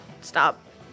stop